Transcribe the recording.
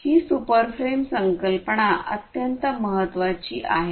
ही super frame संकल्पना अत्यंत महत्वाची आहे